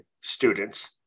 students